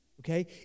okay